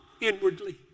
inwardly